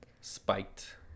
spiked